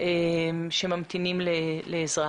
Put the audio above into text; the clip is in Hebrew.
כשממתינים לעזרה.